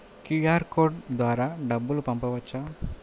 QR code ద్వారా డబ్బులు పంపవచ్చా?